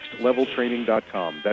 nextleveltraining.com